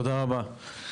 תודה רבה.